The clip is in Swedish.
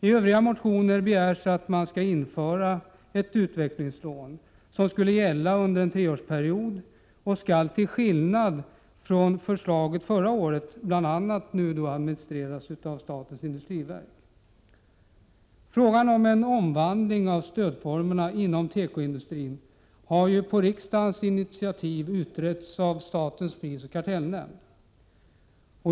I övriga motioner begärs att ett utvecklingslån skall införas som skulle gälla under en treårsperiod och, till skillnad från förslaget förra året, bl.a. administreras av statens industriverk. Frågan om en omvandling av stödformerna inom tekoindustrin har på riksdagens initiativ utretts av statens prisoch kartellnämnd.